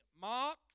mocked